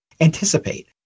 anticipate